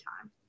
time